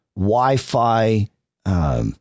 Wi-Fi